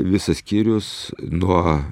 visas skyrius nuo